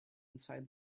inside